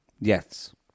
Yes